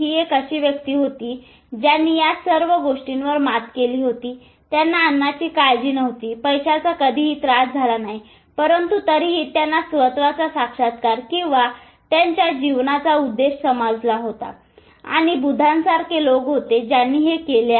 एक अशी व्यक्ती होती ज्यांनी या सर्व गोष्टीवर मात केली होती त्यांना अन्नाची काळजी नव्हती पैशाचा कधीही त्रास झाला नाही परंतु तरीही त्यांना स्व चा साक्षत्कार किंवा त्यांच्या जीवनाचा उद्देश समजला होता आणि बुद्धांसारखे लोक होते ज्यांनी हे केले आहे